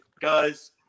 guys